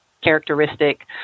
characteristic